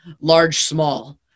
large-small